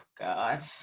God